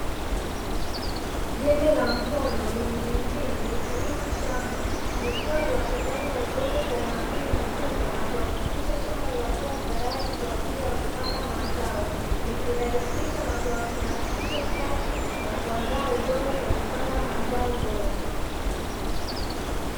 Jembe la mkono lenye injini likilima shamba likiwa linachanganya udongo kwa umakini mkubwa, na kuhakikisha shamba linakuwa tayari kwa ajili ya kupanda mazao likirahisisha na kuharakisha kazi ya kuandaa udongo kwa kupanda mazao bora.